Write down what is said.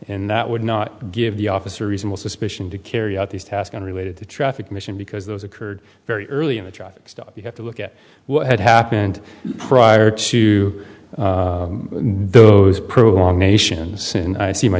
and that would not give the officer reasonable suspicion to carry out these tasks unrelated to traffic commission because those occurred very early in the traffic stop you have to look at what had happened prior to those pro organizations and i see my